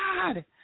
God